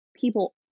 People